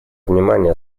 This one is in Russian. внимание